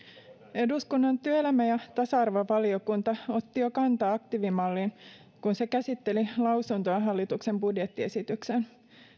eduskunnan työelämä ja tasa arvovaliokunta otti jo kantaa aktiivimalliin kun se käsitteli lausuntoa hallituksen budjettiesitykseen